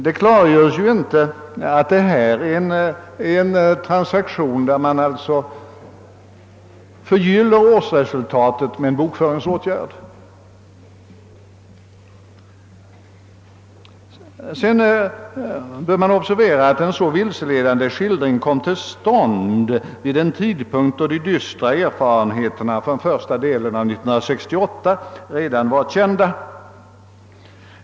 Det klargöres inte att det gäller en transaktian där man förgyller årsresultatet med en bokföringsåtgärd. Det bör också observeras att en så vilseledande skildring kom till stånd vid en tidpunkt när de dystra erfarenheterna från första delen av 1968 redan var kända.